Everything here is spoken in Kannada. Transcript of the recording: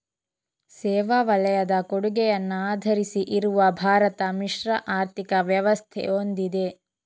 ಸೇವಾ ವಲಯದ ಕೊಡುಗೆಯನ್ನ ಆಧರಿಸಿ ಇರುವ ಭಾರತ ಮಿಶ್ರ ಆರ್ಥಿಕ ವ್ಯವಸ್ಥೆ ಹೊಂದಿದೆ